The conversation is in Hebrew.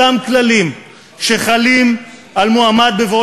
אותם כללים שחלים על מועמד בבואו